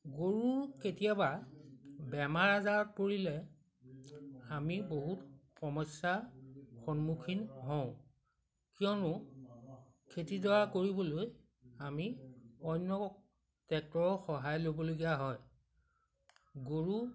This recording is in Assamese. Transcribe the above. গৰু কেতিয়াবা বেমাৰ আজাৰত পৰিলে আমি বহুত সমস্যাৰ সন্মুখীন হওঁ কিয়নো খেতিডৰা কৰিবলৈ আমি অন্য ট্ৰেক্টৰৰ সহায় ল'বলগীয়া হয় গৰু